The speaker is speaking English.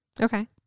Okay